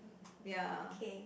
ya